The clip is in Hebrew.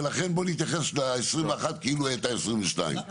ולכן בוא נתייחס ל-2021 כאילו היא הייתה 2022,